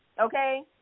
Okay